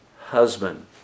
husband